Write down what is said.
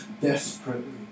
desperately